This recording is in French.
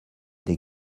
des